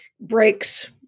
breaks